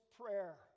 prayer